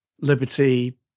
Liberty